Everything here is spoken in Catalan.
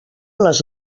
les